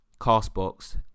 CastBox